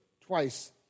Twice